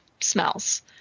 smells